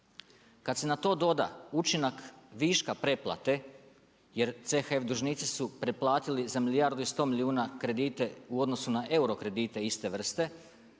Kad se na to doda učinak viška preplate jer CHF dužnici su preplatili za milijardu i 100 milijuna kredite u odnosu na euro kredite iste vrste.